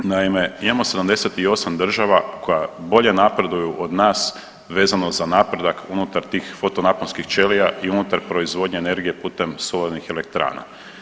Naime, imamo 78 država koje bolje napreduju od nas vezano za napredak unutar tih fotonaponskih ćelija i unutar proizvodnje energije putem solarnih elektrana.